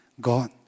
God